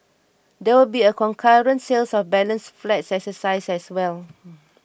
there will be a concurrent sales of balance flats exercise as well